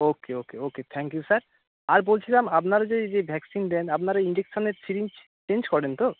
okay okay okay thank you sir আর বলছিলাম আপনারা যে এই যে ভ্যাকসিন দেন আপনারা ইঞ্জেকশানের সিরিঞ্জ চেঞ্জ করেন তো